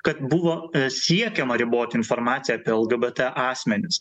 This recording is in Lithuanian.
kad buvo siekiama riboti informaciją apie lgbt asmenis